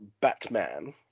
Batman